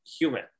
human